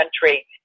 country